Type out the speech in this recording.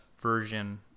version